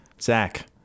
Zach